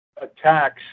attacks